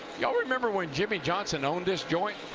you um remember when jimmie johnson owns this joint?